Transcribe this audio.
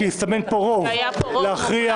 כי הסתמן פה רוב להכריע -- היה פה רוב מוחלט.